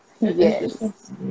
Yes